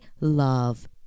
love